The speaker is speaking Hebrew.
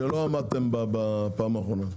שלא עמדתם בה בפעם האחרונה.